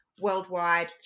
worldwide